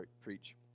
preach